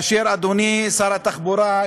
אדוני שר התחבורה,